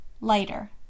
lighter